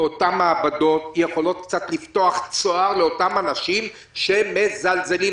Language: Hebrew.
אותן מעבדות יכולות לפתוח צוהר לאותם אנשים שמזלזלים,